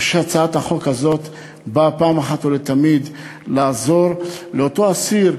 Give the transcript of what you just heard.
אני חושב שהצעת החוק הזאת באה לעזור אחת ולתמיד לאותו אסיר.